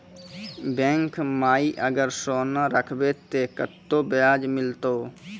Bank माई अगर सोना राखबै ते कतो ब्याज मिलाते?